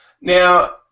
Now